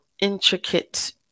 intricate